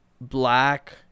black